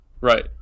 right